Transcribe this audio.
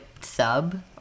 sub